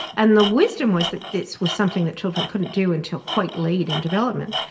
and the wisdom was that this was something that children couldn't do until quite late in development,